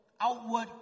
outward